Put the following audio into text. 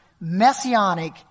messianic